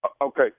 Okay